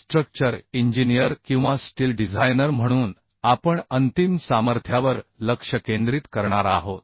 structure engineer किंवा steel designer म्हणून आपण अंतिम सामर्थ्यावर लक्ष केंद्रित करणार आहोत